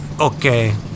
Okay